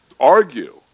argue